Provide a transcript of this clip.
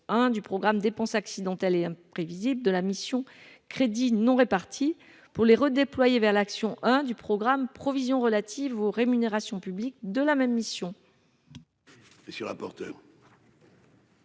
du programme dépenses accidentelles et imprévisible de la mission Crédits non répartis pour les redéployer vers l'action, hein, du programme provisions relatives aux rémunérations publiques de la même mission.